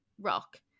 rock